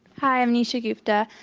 hi. i'm misha gupta.